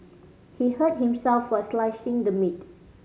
he hurt himself while slicing the meat